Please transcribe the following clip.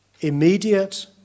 immediate